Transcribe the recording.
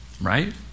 Right